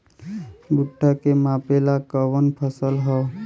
भूट्टा के मापे ला कवन फसल ह?